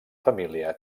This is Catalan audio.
família